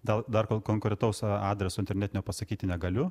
gal dar kol konkretaus adreso internetinio pasakyti negaliu